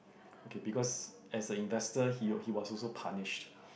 okay because as a investor he was he was also punished